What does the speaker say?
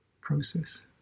process